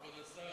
כבוד השר,